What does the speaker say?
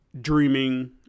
dreaming